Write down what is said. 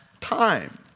time